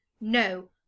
No